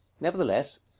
nevertheless